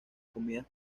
comidas